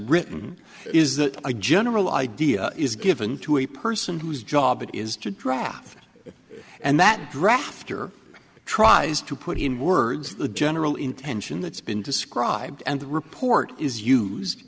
written is that a general idea is given to a person whose job it is to draft and that draft or tries to put in words the general intention that's been described and the report is used